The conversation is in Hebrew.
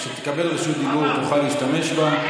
כשתקבל את רשות הדיבור תוכל להשתמש בה.